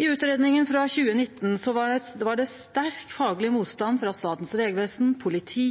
I utgreiinga frå 2019 var det sterk fagleg motstand frå Statens vegvesen, politi,